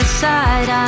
side